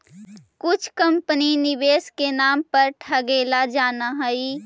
कुछ कंपनी निवेश के नाम पर ठगेला जानऽ हइ